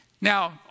Now